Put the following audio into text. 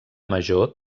major